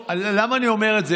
ולמה אני אומר את זה?